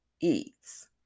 eats